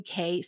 UK